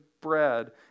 bread